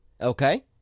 Okay